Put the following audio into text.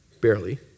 barely